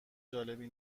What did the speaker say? جالبی